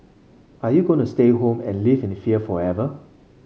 are you going to stay home and live in fear forever